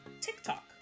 TikTok